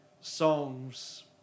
songs